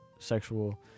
sexual